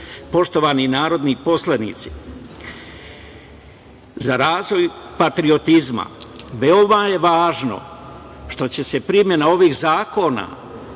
citat. Poštovani narodni poslanici, za razvoj patriotizma veoma je važno što će se primena ovih zakona